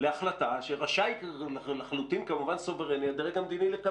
ההחלטה יכולה ליפול בכל יום.